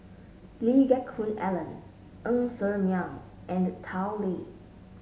Lee Geck Hoon Ellen Ng Ser Miang and Tao Li